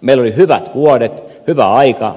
meillä oli hyvät vuodet hyvä aika